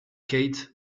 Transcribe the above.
kate